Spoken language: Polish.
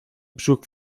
brzuch